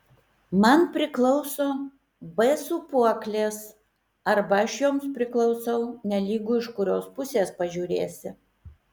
man priklauso b sūpuoklės arba aš joms priklausau nelygu iš kurios pusės pažiūrėsi